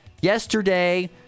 yesterday